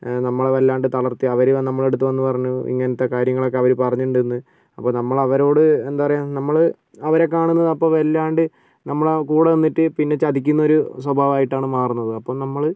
നമ്മളെ വല്ലാണ്ട് തളർത്തി അവർ വന്ന് നമ്മളെ അടുത്ത് വന്നു പറഞ്ഞു ഇങ്ങനത്തെ കാര്യങ്ങളൊക്കെ അവർ പറഞ്ഞിട്ടുണ്ടെന്ന് അപ്പോൾ നമ്മൾ അവരോട് എന്താ പറയാ നമ്മൾ അവരെ കാണുന്നത് അപ്പോൾ വല്ലാണ്ട് നമ്മളെ കൂടെ നിന്നിട്ട് പിന്നെ ചതിക്കുന്ന ഒരു സ്വഭാവം ആയിട്ടാണ് മാറുന്നത് അപ്പം നമ്മൾ